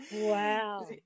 Wow